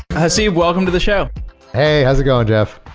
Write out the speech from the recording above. haseeb, welcome to the show hey! how is it going, jeff?